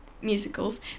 musicals